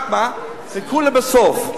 רק מה, חיכו לסוף.